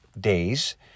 days